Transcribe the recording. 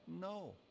No